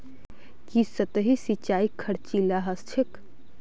की सतही सिंचाई खर्चीला ह छेक